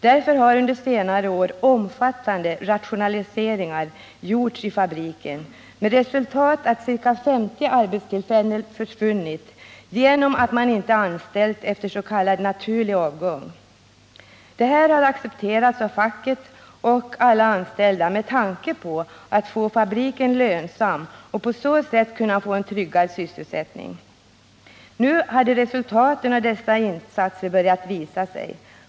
Därför har under senare år omfattande rationaliseringar gjorts i fabriken, med resultat att ca 50 arbetstillfällen försvunnit genom att man inte anställt 101 efter s.k. naturlig avgång. Detta har accepterats av facket och alla anställda med tanke på att man därigenom skulle kunna få fabriken lönsam och på så sätt en tryggad sysselsättning. Nu har resultaten av dessa insatser börjat visa sig.